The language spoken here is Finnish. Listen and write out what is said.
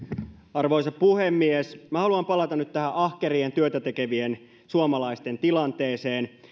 arvoisa puhemies minä haluan palata nyt tähän ahkerien työtä tekevien suomalaisten tilanteeseen